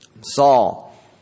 Saul